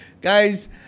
Guys